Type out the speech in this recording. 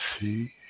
see